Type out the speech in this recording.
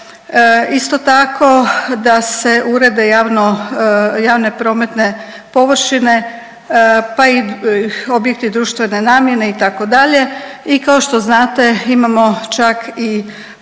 Isto tako da se urede javne prometne površine pa i objekti društvene namjene itd. I kao što znate imamo čak i predškolu